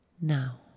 now